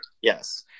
Yes